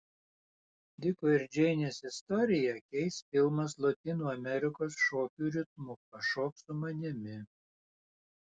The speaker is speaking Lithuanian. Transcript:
diko ir džeinės istoriją keis filmas lotynų amerikos šokių ritmu pašok su manimi